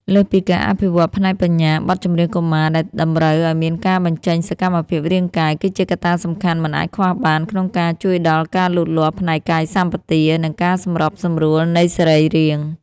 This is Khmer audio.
លើសពីការអភិវឌ្ឍផ្នែកបញ្ញា បទចម្រៀងកុមារដែលតម្រូវឱ្យមានការបញ្ចេញសកម្មភាពរាងកាយ គឺជាកត្តាសំខាន់មិនអាចខ្វះបានក្នុងការជួយដល់ការលូតលាស់ផ្នែកកាយសម្បទា និងការសម្របសម្រួលនៃសរីរាង្គ។